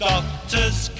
Doctors